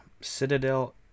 Citadel